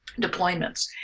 deployments